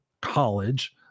college